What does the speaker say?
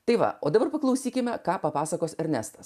tai va o dabar paklausykime ką papasakos ernestas